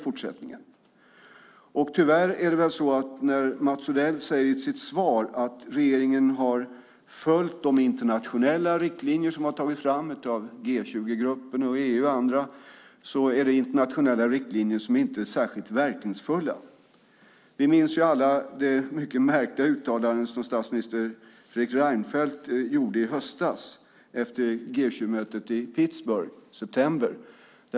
Mats Odell säger i sitt svar att regeringen har följt de internationella riktlinjer som har tagits fram av G20-gruppen och EU och andra. Tyvärr är väl det internationella riktlinjer som inte är särskilt verkningsfulla. Vi minns alla det mycket märkliga uttalande som statsminister Fredrik Reinfeldt gjorde i höstas, efter G20-mötet i Pittsburgh i september.